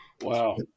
Wow